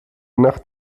nacht